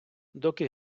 доки